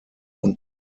und